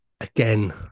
again